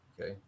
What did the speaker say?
Okay